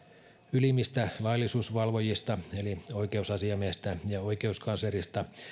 ylimmistä laillisuusvalvojista eli oikeusasiamiehestä ja oikeuskanslerista